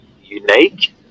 unique